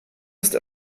ist